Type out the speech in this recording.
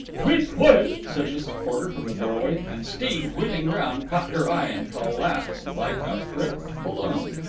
be quiet! said mrs. porter from the doorway, and steve, wheeling round, caught her eye and collapsed like a pricked balloon.